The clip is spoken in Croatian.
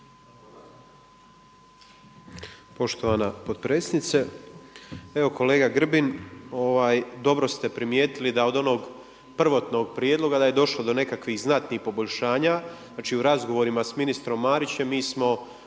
Poštovana potpredsjednice, evo kolega Grbin, dobro ste primijetili da od onog prvotnog prijedloga da je došlo do nekakvih znatnih poboljšanja znači u razgovorima s ministrom Marićem mi smo